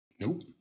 Nope